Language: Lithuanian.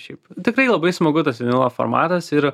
šiaip tikrai labai smagu tas vinilo formatas ir